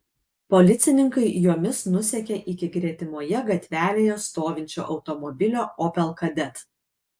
policininkai jomis nusekė iki gretimoje gatvelėje stovinčio automobilio opel kadett